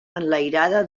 enlairada